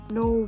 no